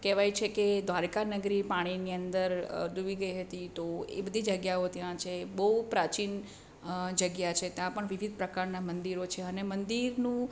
કહેવાય છે કે દ્વારિકા નગરી પાણીની અંદર ડૂબી ગઈ હતી તો એ બધી જગ્યાઓ ત્યાં છે બહુ પ્રાચીન જગ્યા છે ત્યાં પણ વિવિધ પ્રકારના મંદિરો છે અને મંદિરનું